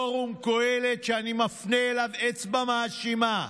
פורום קהלת, שאני מפנה אליו אצבע מאשימה.